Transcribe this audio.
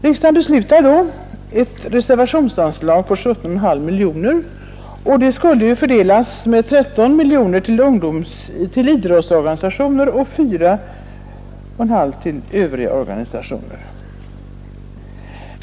Riksdagen beslöt då ett reservationsanslag på 17,5 miljoner kronor, som skulle fördelas med 13 miljoner till idrottsorganisationer och 4,5 miljoner till Övriga organisationer.